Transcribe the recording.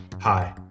Hi